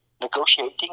negotiating